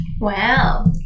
Wow